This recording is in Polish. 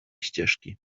ścieżki